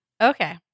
Okay